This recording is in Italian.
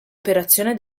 operazione